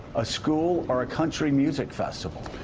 a school or a country music festival.